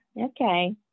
okay